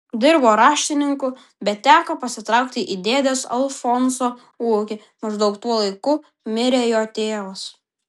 dirbo raštininku bet teko pasitraukti į dėdės alfonso ūkį maždaug tuo laiku mirė jo tėvas